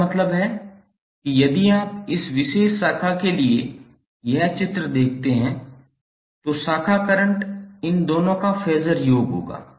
इसका मतलब है कि यदि आप इस विशेष शाखा के लिए यह चित्र देखते हैं तो शाखा करंट इन दोनों का फेज़र योग होगा